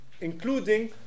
including